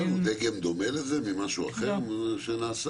יש לנו דגם דומה לזה ממשהו אחר שנעשה?